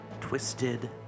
Twisted